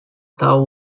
tau